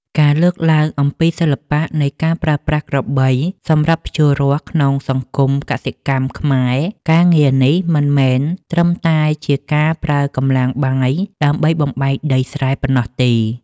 ការលើកឡើងអំពីសិល្បៈនៃការប្រើប្រាស់ក្របីសម្រាប់ភ្ជួររាស់ក្នុងសង្គមកសិកម្មខ្មែរ ការងារនេះមិនមែនត្រឹមតែជាការប្រើកម្លាំងបាយដើម្បីបំបែកដីស្រែប៉ុណ្ណោះទេ។